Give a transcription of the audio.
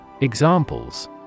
Examples